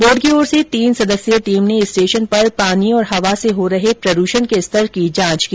board की ओर से तीन सदस्यीय टीम ने स्टेशन पर पानी और हवा से हो रहे प्रद्षण के स्तर की जांच की